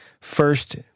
First